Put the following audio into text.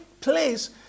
place